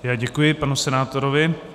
Já děkuji panu senátorovi.